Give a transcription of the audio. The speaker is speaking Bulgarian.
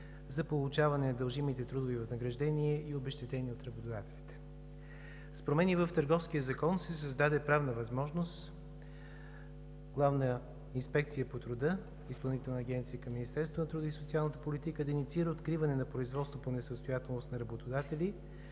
за получаване на дължимите трудови възнаграждения и обезщетения от работодателите. С промени в Търговския закон се създаде правна възможност Главна инспекция по труда, Изпълнителна агенция към Министерството на труда и социалната политика да инициира откриване на производство по несъстоятелност на работодатели,